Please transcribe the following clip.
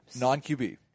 Non-QB